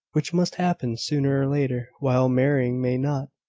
which must happen sooner or later, while marrying may not.